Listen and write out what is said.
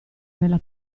nella